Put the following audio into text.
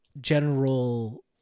general